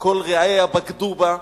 "כל רעיה בגדו בה".